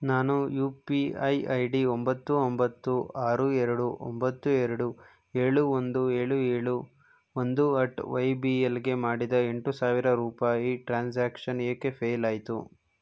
ನಾನು U P I I D ಒಂಬತ್ತು ಒಂಬತ್ತು ಆರು ಎರಡು ಒಂಬತ್ತು ಎರಡು ಏಳು ಒಂದು ಏಳು ಏಳು ಒಂದು ಅಟ್ ವೈ ಬಿ ಎಲ್ಗೆ ಮಾಡಿದ ಎಂಟು ಸಾವಿರ ರೂಪಾಯಿ ಟ್ರಾನ್ಸಾಕ್ಷನ್ ಏಕೆ ಫೇಲ್ ಆಯಿತು